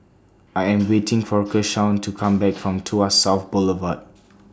I Am waiting For Keshaun to Come Back from Tuas South Boulevard